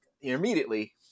immediately